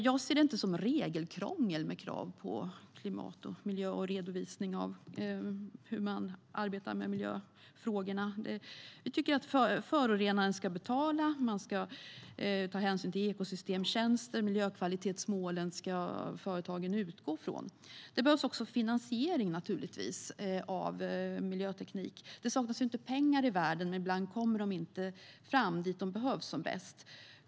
Jag ser det inte som regelkrångel med krav på klimat, miljö och redovisning av hur man arbetar med miljöfrågorna. Vi tycker att förorenaren ska betala. Man ska ta hänsyn till ekosystemtjänster. Miljökvalitetsmålen ska företagen utgå från. Det behövs också finansiering av miljöteknik. Det saknas ju inte pengar i världen, men ibland kommer de inte fram dit där de behövs som bäst.